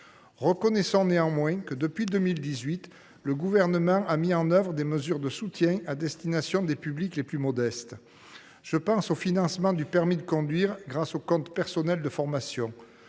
Reconnaissons néanmoins que, depuis 2018, le Gouvernement a mis en œuvre des mesures de soutien à destination des publics les plus modestes. Je pense au financement du permis de conduire dans le cadre du compte personnel de formation,